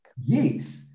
Yes